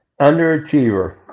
Underachiever